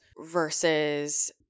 versus